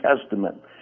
testament